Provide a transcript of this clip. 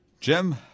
Jim